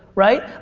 right?